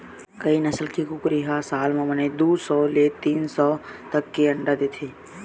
कइ नसल के कुकरी ह साल म बने दू सौ ले तीन सौ तक के अंडा दे देथे